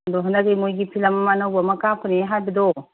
ꯑꯗꯣ ꯍꯟꯗꯛꯇꯤ ꯃꯣꯏꯒꯤ ꯐꯤꯂꯝ ꯑꯃ ꯑꯅꯧꯕ ꯑꯃ ꯀꯥꯞꯀꯅꯤꯅ ꯍꯥꯏꯕꯗꯣ